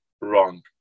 wrong